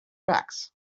tracks